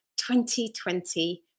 2020